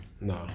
No